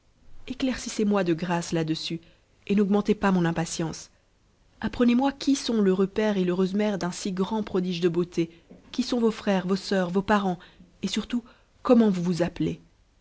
royal éclaircissez moi de grâce la dessus et n'augtucm pas mon impatience apprenez-moi qui sont l'heureux père et l'heureux mère d'un si grand prodige de beauté qui sont vos frères vos sœurs vos parents et surtout comment vous vous appelez